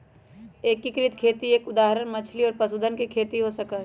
एकीकृत खेती के एक उदाहरण मछली और पशुधन के खेती हो सका हई